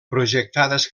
projectades